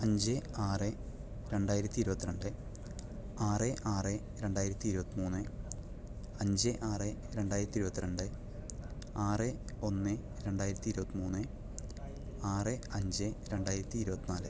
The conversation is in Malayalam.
അഞ്ച് ആറ് രണ്ടായിരത്തി ഇരുപത്തി രണ്ട് ആറ് ആറ് രണ്ടായിരത്തി ഇരുപത്തി മൂന്ന് അഞ്ച് ആറ് രണ്ടായിരത്തി ഇരുപത്തി രണ്ട് ആറ് ഒന്ന് രണ്ടായിരത്തി ഇരുപത്തി മൂന്ന് ആറ് അഞ്ച് രണ്ടായിരത്തി ഇരുപത്തി നാല്